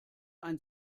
ein